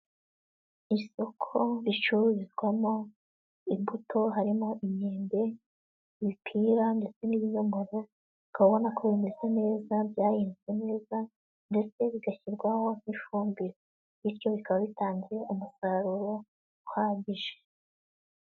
Isoko ricururizwamo imbuto harimo imyembe, imipira ndetse n'ibinyomoro, ukaba ubona ko bimeze neza byahinzwe neza ndetse bigashyirwaho n'ifumbire, bityo bikaba bitanze umusaruro uhagije.